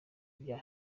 bya